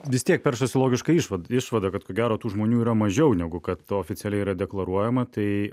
vis tiek peršasi logiška išvada išvada kad ko gero tų žmonių yra mažiau negu kad oficialiai yra deklaruojama tai